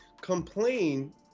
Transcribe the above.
complain